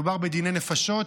מדובר בדיני נפשות,